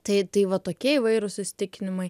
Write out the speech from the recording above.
tai tai va tokie įvairūs įsitikinimai